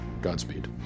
Godspeed